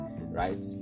right